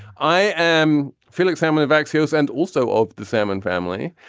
i am felix salmon of axios and also of the salmon family.